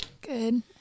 Good